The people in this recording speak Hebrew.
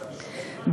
11,